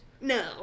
No